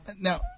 Now